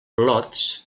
lots